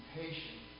patient